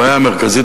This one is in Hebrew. הבעיה המרכזית,